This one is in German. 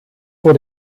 vor